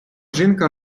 жінка